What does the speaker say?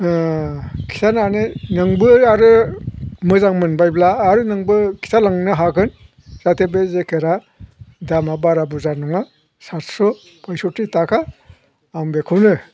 खिथानानै नोंबो आरो मोजां मोनबायब्ला आरो नोंबो खिथालांनो हागोन जाहाथे बे जेकेटा दामा बारा बुरजा नङा सातस' पयसथ्थि थाखा आं बेखौनो